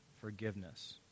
forgiveness